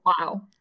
Wow